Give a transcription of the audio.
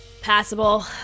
Passable